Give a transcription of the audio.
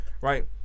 right